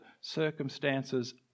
circumstances